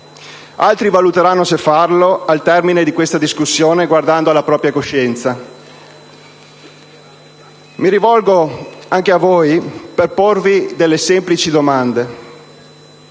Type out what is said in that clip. altri valuteranno se farlo al termine di questa discussione, guardando alla propria coscienza. Mi rivolgo anche a voi per porvi delle semplici domande.